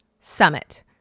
Summit